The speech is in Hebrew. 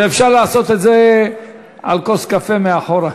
ואפשר לעשות את זה על כוס קפה מאחור.